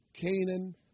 Canaan